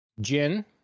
gin